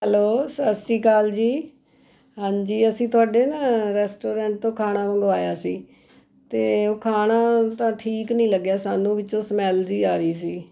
hello ਸਤਿ ਸ਼੍ਰੀ ਅਕਾਲ ਜੀ ਹਾਂਜੀ ਅਸੀਂ ਤੁਹਾਡੇ ਨਾ ਰੈਸਟੋਰੈਂਟ ਤੋਂ ਖਾਣਾ ਮੰਗਵਾਇਆ ਸੀ ਅਤੇ ਉਹ ਖਾਣਾ ਤਾਂ ਠੀਕ ਨਹੀਂ ਲੱਗਿਆ ਸਾਨੂੰ ਵਿੱਚੋਂ ਸਮੈਲ ਜਿਹੀ ਆ ਰਹੀ ਸੀ